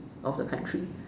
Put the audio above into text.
of the country